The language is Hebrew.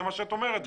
זה מה שאת אומרת.